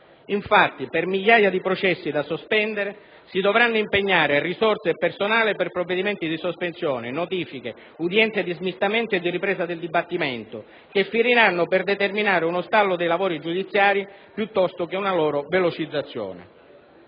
infatti, per migliaia di processi da sospendere si dovranno impegnare risorse e personale per provvedimenti di sospensione, notifiche, udienze di smistamento e di ripresa del dibattimento, che finiranno per determinare uno stallo dei lavori giudiziari piuttosto che una loro velocizzazione.